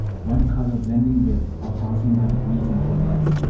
one color blending with, or passing by degrees into another,